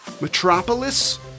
Metropolis